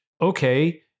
okay